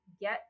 get